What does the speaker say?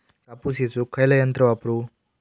कापूस येचुक खयला यंत्र वापरू?